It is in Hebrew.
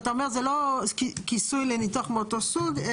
אתה אומר זה לא כיסוי לניתוח מאותו סוג.